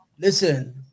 Listen